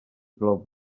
plou